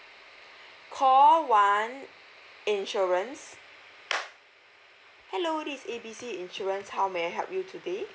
call one insurance hello this A B C insurance how may I help you today